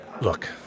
Look